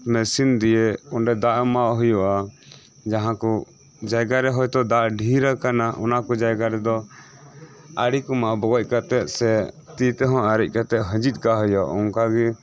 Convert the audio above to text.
machine ᱫᱤᱭᱮ ᱚᱸᱰᱮ ᱫᱟᱜ ᱮᱢᱟᱣᱟᱜ ᱦᱩᱭᱩᱜᱼᱟ ᱡᱟᱦᱟᱸᱠᱩ ᱡᱟᱭᱜᱟᱨᱮ ᱦᱚᱭᱛᱚ ᱫᱟᱜ ᱟᱹᱰᱤ ᱰᱷᱤᱨ ᱟᱠᱟᱱᱟ ᱚᱱᱟᱠᱩ ᱡᱟᱭᱜᱟ ᱨᱮᱫᱚ ᱟᱲᱤᱠᱩ ᱢᱟᱜ ᱵᱚᱜᱚᱡ ᱠᱟᱛᱮᱜ ᱥᱮ ᱛᱤ ᱛᱮᱦᱚᱸ ᱟᱨᱮᱡ ᱠᱟᱛᱮᱜ ᱦᱟᱺᱡᱤᱛ ᱠᱟᱜ ᱦᱩᱭᱩᱜᱼᱟ ᱚᱱᱠᱟᱜᱤ